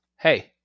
hey